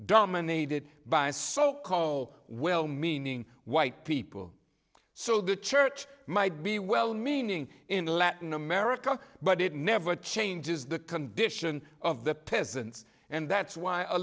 dominated by so called well meaning white people so the church might be well meaning in latin america but it never changes the condition of the peasants and that's why